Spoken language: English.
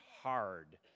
hard